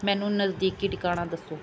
ਮੈਨੂੰ ਨਜ਼ਦੀਕੀ ਟਿਕਾਣਾ ਦੱਸੋ